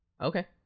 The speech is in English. Okay